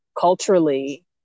culturally